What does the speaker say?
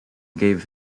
gave